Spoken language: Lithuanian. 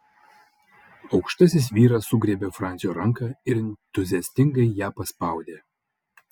aukštasis vyras sugriebė francio ranką ir entuziastingai ją paspaudė